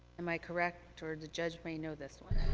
am i correct? or the judge may know this one.